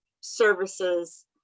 services